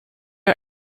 are